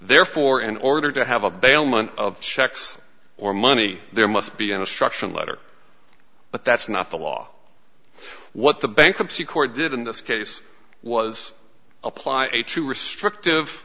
therefore in order to have a bailment of checks or money there must be an a structural letter but that's not the law what the bankruptcy court did in this case was apply a too restrictive